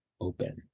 open